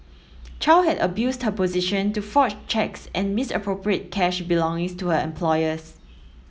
chow had abused her position to forge cheques and misappropriate cash belonging to her employers